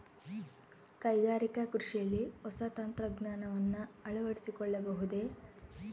ಕೈಗಾರಿಕಾ ಕೃಷಿಯಲ್ಲಿ ಹೊಸ ತಂತ್ರಜ್ಞಾನವನ್ನ ಅಳವಡಿಸಿಕೊಳ್ಳಬಹುದೇ?